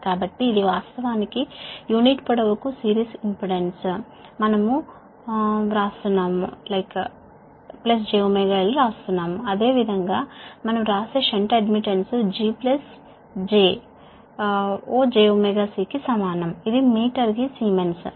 కాబట్టి ఇది వాస్తవానికి ఒక యూనిట్ పొడవుకు సిరీస్ ఇంపెడెన్స్ మనం γ jωL వ్రాస్తున్నాము అదేవిధంగా మనం వ్రాసే షంట్ అడ్మిటెన్స్ GjωC కి సమానం ఇక్కడ సీమెన్స్ ఒక మీటరుకు